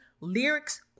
lyrics